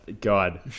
God